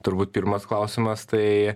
turbūt pirmas klausimas tai